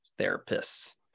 therapists